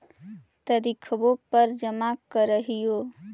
तरिखवे पर जमा करहिओ?